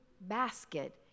basket